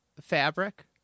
fabric